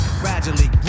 gradually